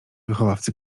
wychowawcy